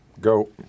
Go